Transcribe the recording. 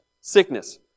Sickness